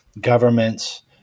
governments –